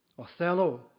Othello